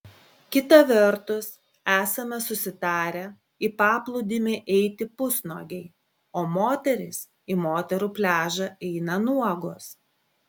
kita vertus esame susitarę į paplūdimį eiti pusnuogiai o moterys į moterų pliažą eina nuogos